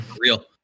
real